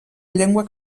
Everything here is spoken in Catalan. llengua